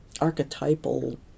archetypal